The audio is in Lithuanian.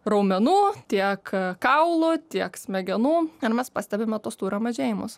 raumenų tiek kaulų tiek smegenų ir mes pastebime tuos tūrio mažėjimus